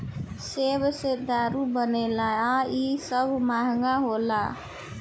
सेब से दारू बनेला आ इ सब महंगा होला